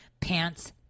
pants